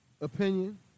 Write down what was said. opinion